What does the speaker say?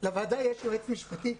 לוועדה יש יועץ משפטי: